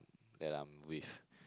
that I'm with